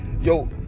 Yo